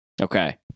okay